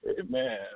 Amen